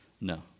No